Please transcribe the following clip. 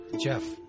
Jeff